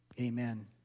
amen